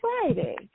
Friday